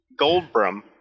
Goldbrum